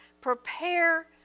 Prepare